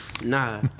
Nah